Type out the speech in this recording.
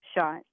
shot